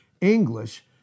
English